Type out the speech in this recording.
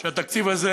שהתקציב הזה